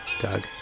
Doug